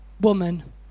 woman